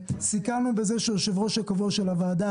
סיכמנו בזה שהיושב ראש הקבוע של הוועדה